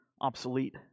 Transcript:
obsolete